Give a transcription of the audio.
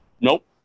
Nope